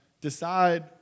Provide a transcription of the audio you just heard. decide